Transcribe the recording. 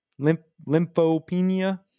lymphopenia